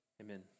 Amen